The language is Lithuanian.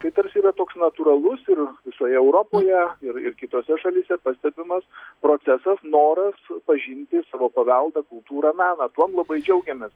tai tarsi yra toks natūralus ir visoje europoje ir ir kitose šalyse pastebimas procesas noras pažinti savo paveldą kultūrą meną tuom labai džiaugiamės